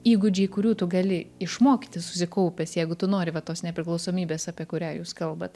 įgūdžiai kurių tu gali išmokti susikaupęs jeigu tu nori va tos nepriklausomybės apie kurią jūs kalbat